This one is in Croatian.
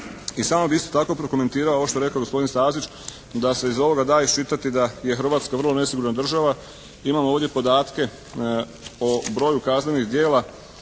I samo bi isto tako prokomentirao ovo što je rekao gospodin Stazić da se iz ovoga da iščitati da je Hrvatska vrlo nesigurna država. Imamo ovdje podatke o broju kaznenih djela